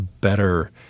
better